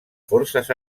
forces